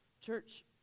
Church